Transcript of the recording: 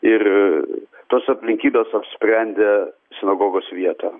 ir tos aplinkybės apsprendė sinagogos vietą